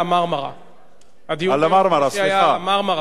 אני הייתי פה.